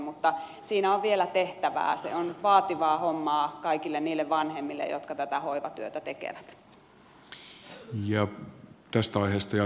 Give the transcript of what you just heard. mutta siinä on vielä tehtävää se on vaativaa hommaa kaikille niille vanhemmille jotka tätä hoivatyötä tekevät